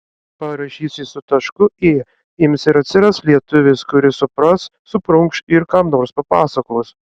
parašysi su tašku ė ims ir atsiras lietuvis kuris supras suprunkš ir kam nors papasakos